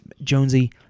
Jonesy